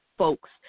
folks